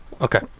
Okay